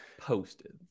posted